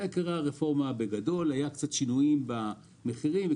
היו קצת שינויים במחירים,